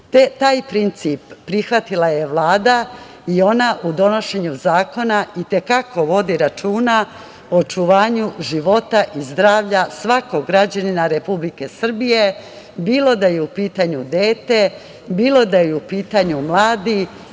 Taj princip prihvatila je Vlada i ona u donošenju zakona, i te kako vode računa o očuvanju života i zdravlja svakog građanina Republike Srbije, bilo da je u pitanju dete, bilo da je u pitanju mladi,